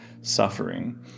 suffering